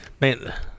man